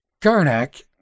Garnack